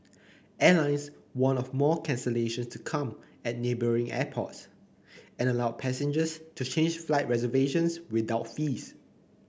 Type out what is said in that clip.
airlines warned of more cancellations to come at neighbouring airports and allowed passengers to change flight reservations without fees